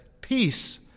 peace